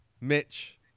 Mitch